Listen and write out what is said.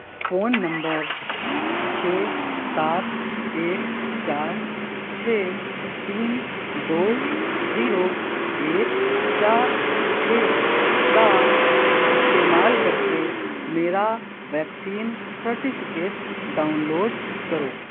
phone نمبر چھ سات ایک چار چھ تین دو زیرو ایک چار چھ کا استعمال کر کے میرا ویکسین سرٹیفکیٹ ڈاؤن لوڈ کرو